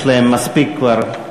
יש להם כבר מספיק עבודה.